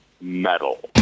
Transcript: metal